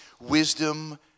wisdom